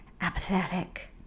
apathetic